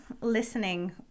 listening